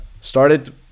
started